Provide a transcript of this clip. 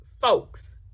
folks